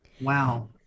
wow